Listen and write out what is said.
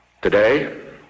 Today